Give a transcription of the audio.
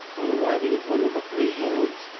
on arriving at one of the three roads,